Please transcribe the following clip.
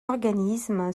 organisme